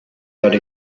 that